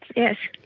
yes.